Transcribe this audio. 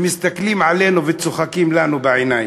מסתכלים עלינו וצוחקים לנו בעיניים.